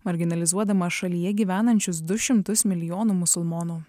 marginalizuodamas šalyje gyvenančius du šimtus milijonų musulmonų